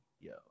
yo